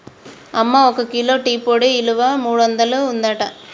అమ్మ ఒక kilo tea పొడి ఇలువ మూడొందలు ఉంటదట